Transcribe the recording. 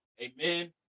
amen